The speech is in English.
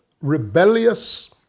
rebellious